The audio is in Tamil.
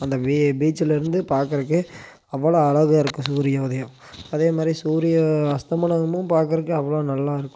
அந்த பீ பீச்லேருந்து பாக்கறக்கே அவ்வளோ அழகாக இருக்கும் சூரிய உதயம் அதேமாதிரி சூரிய அஸ்தமனம்மும் பார்க்கறக்கு அவ்வளோ நல்லாருக்கும்